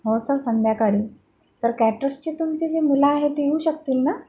हो सर संध्याकाळी तर कॅटरर्सची तुमची जी मुलं आहेत ती येऊ शकतील ना